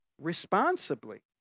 responsibly